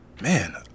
Man